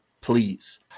please